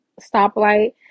stoplight